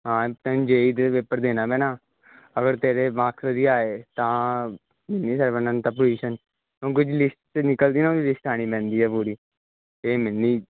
ਹਾਂ ਤੈਨੂੰ J E ਦੇ ਪੇਪਰ ਦੇਣਾ ਪੈਣਾ ਅਗਰ ਤੇਰੇ ਮਾਕਸ ਵਧੀਆ ਆਏ ਤਾਂ ਪੋਜ਼ਿਸ਼ਨ ਕਿਉਂਕਿ ਜੇ ਲਿਸਟ ਨਿਕਲਦੀ ਆ ਉਹਦੀ ਲਿਸਟ ਆਉਣੀ ਪੈਂਦੀ ਆ ਪੂਰੀ ਫਿਰ ਮਿਲਣੀ